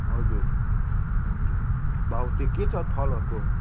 हजुर हजुर भाउ चाहिँ के छ फलहरूको